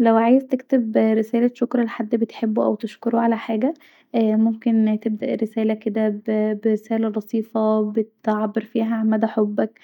لو عايز تكتب رساله شكر لحد بتحبه أو تشكره علي حاجه ااا ممكن تبدأ الرساله كدا برساله بسيطه تعبر فيها عن مدي حبك